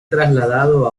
trasladado